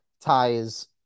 ties